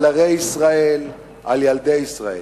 על ערי ישראל, על ילדי ישראל.